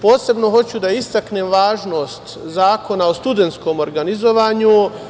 Posebno hoću da istaknem važnost Zakona o studentskom organizovanju.